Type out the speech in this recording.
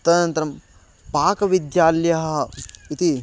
तदनन्तरं पाकविद्यालयाः इति